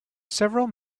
several